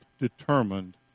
determined